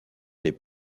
des